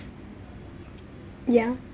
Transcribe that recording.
yeah